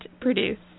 produce